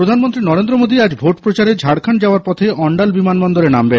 প্রধানমন্ত্রী নরেন্দ্র মোদি আজ ভোটপ্রচারে ঝাড়খণ্ড যাওয়ার পথে অন্ডাল বিমানবন্দরে নামবেন